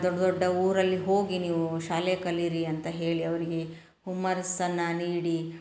ದೊಡ್ಡ ದೊಡ್ಡ ಊರಲ್ಲಿ ಹೋಗಿ ನೀವು ಶಾಲೆ ಕಲೀರಿ ಅಂತ ಹೇಳಿ ಅವರಿಗೆ ಹುಮ್ಮಸ್ಸನ್ನ ನೀಡಿ